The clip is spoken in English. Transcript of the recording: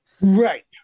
right